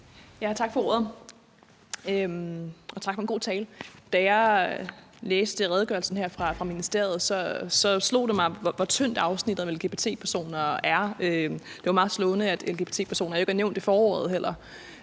Tak for ordet, og tak for en god tale. Da jeg læste redegørelsen her fra ministeriet, slog det mig, hvor tyndt afsnittet om lgbt-personer er. Det var meget slående, at lgbt-personer heller ikke er nævnt i forordet til